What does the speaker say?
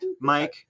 Mike